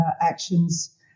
actions